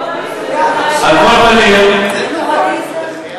על כל פנים, אני, פלורליזם.